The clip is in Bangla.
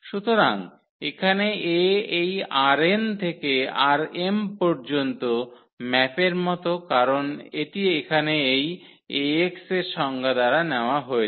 সুতরাং এখানে A এই ℝn থেকে ℝm পর্যন্ত ম্যাপের মতো কারণ এটি এখানে এই Ax এর সংজ্ঞা দ্বারা নেওয়া হয়েছে